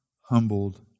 humbled